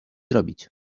robić